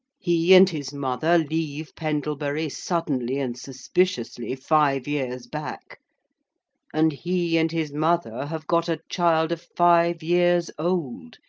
he and his mother leave pendlebury suddenly and suspiciously five years back and he and his mother have got a child of five years old,